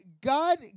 God